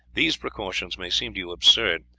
these precautions may seem to you absurd,